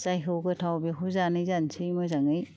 जायखौ गोथाव बेखौ जानाय जानसै मोजाङै